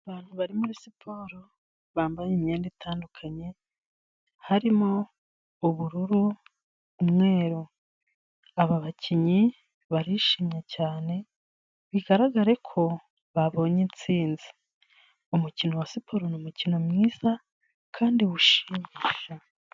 Abantu bari muri siporo, bambaye imyenda itandukanye harimo ubururu, umweru, aba bakinnyi barishimye cyane bigaragare ko babonye intsinzi. Umukino wa siporo ni umukino mwiza kandi ushimisha.